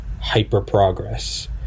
hyper-progress